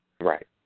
right